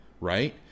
right